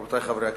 רבותי חברי הכנסת,